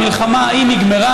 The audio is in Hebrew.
המלחמה ההיא נגמרה,